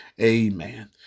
Amen